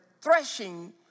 threshing